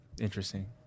interesting